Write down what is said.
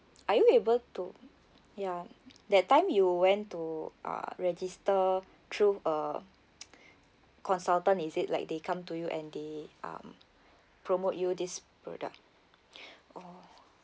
are you able to ya that time you went to uh register through a consultant is it like they come to you and they um promote you this product or